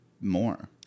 more